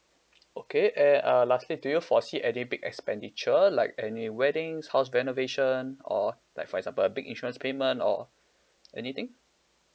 okay eh uh lastly do you foresee any big expenditure like any weddings house renovation or like for example big insurance payment or anything